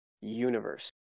universe